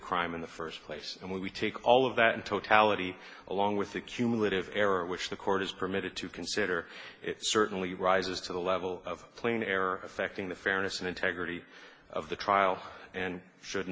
crime in the first place and we take all of that in totality along with a cumulative error which the court is permitted to consider it certainly rises to the level of play an error affecting the fairness and integrity of the trial and should